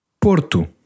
Porto